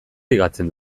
ligatzen